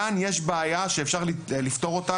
כאן יש בעיה שאפשר לפתור אותה,